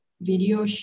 video